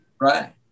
Right